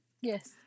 yes